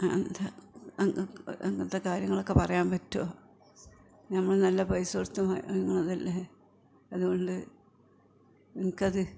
എന്താ അങ്ങനത്തെ കാര്യങ്ങളൊക്കെ പറയാൻ പറ്റുമോ നമ്മൾ നല്ല പൈസ കൊടുത്ത് വാങ്ങണതല്ലേ അതുകൊണ്ട് നിങ്ങൾക്കത്